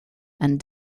and